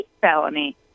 felony